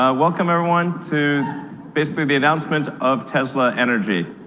ah welcome everyone to basically the announcement of tesla energy.